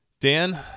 dan